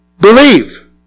believe